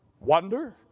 wonder